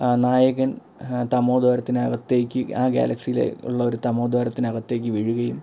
ആ നായകൻ തമോകാരത്തിനകത്തേക്ക് ആ ഗാലക്സിയിൽ ഉള്ള ഒരു തമോകാരത്തിനകത്തേക്കു വീഴുകയും